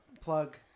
Plug